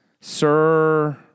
Sir